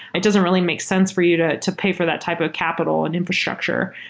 it doesn't really make sense for you to to pay for that type of capital and infrastructure.